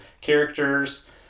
characters